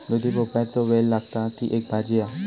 दुधी भोपळ्याचो वेल लागता, ती एक भाजी हा